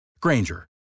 granger